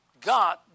God